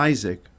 Isaac